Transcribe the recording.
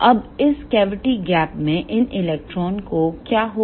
अब इस cavity gap में इन इलेक्ट्रॉनों का क्या होगा